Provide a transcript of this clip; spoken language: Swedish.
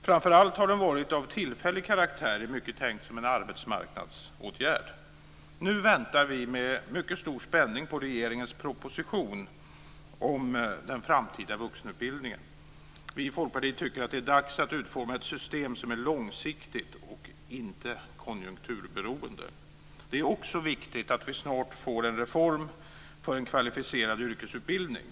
Framför allt har den varit av tillfällig karaktär; i mångt och mycket tänkt som en arbetsmarknadsåtgärd. Nu väntar vi med mycket stor spänning på regeringens proposition om den framtida vuxenutbildningen. Vi i Folkpartiet tycker att det är dags att utforma ett system som är långsiktigt och som inte är konjunkturberoende. Det är också viktigt att vi snart får en reform för kvalificerad yrkesutbildning.